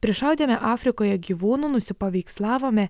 prišaudėme afrikoje gyvūnų nusipaveikslavome